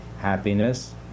happiness